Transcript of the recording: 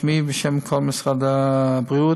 בשמי ובשם כל משרד הבריאות,